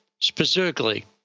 specifically